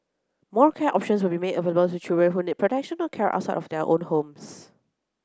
more care options will be made available to children who need protection or care outside of their own homes